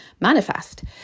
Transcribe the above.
manifest